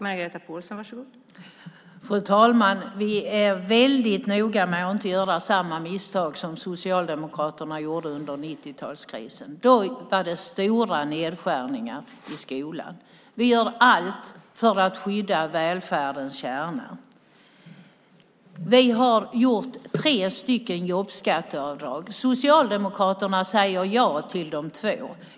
Fru talman! Vi är väldigt noga med att inte göra samma misstag som Socialdemokraterna gjorde under 90-talskrisen. Då var det stora nedskärningar i skolan. Vi gör allt för att skydda välfärdens kärna. Vi har infört tre stycken jobbskatteavdrag. Socialdemokraterna säger ja till de två.